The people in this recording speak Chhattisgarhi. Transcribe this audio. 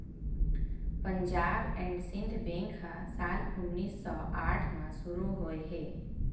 पंजाब एंड सिंध बेंक ह साल उन्नीस सौ आठ म शुरू होए हे